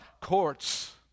courts